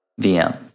VM